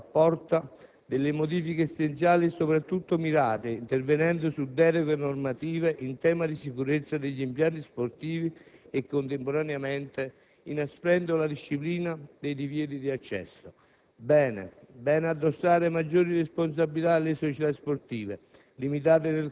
Il testo apporta delle modifiche essenziali e soprattutto mirate, intervenendo su deroghe normative in tema di sicurezza degli impianti sportivi e contemporaneamente inasprendo la disciplina dei divieti di accesso. Bene addossare maggiori responsabilità alle società sportive,